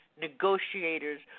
negotiators